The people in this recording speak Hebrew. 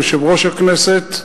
יושב-ראש הכנסת,